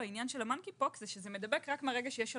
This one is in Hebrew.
בעניין של ה- ה-monkeypox הוא שזה מדבק רק מהרגע שיש שלפוחיות.